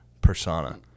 persona